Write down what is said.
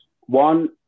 One